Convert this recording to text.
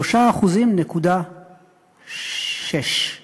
כ-3.6%